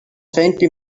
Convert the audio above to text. faintly